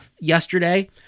yesterday